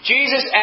Jesus